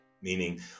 Meaning